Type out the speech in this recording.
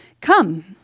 Come